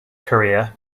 career